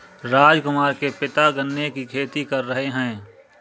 राजकुमार के पिता गन्ने की खेती कर रहे हैं